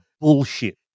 bullshit